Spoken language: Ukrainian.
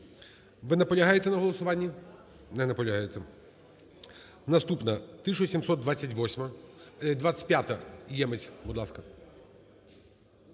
Ви наполягаєте на голосуванні? Не наполягаєте. Наступна - 1728-а. 25-а. Ємець, будь ласка.